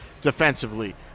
defensively